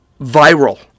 viral